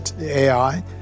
AI